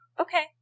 Okay